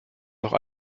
noch